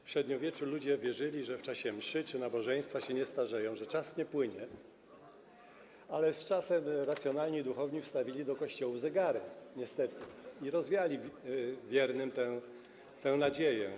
W średniowieczu ludzie wierzyli, że w czasie mszy czy nabożeństwa się nie starzeją, że czas nie płynie, ale z czasem racjonalni duchowni wstawili do kościołów zegary niestety i rozwiali wiernym tę nadzieję.